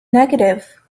negative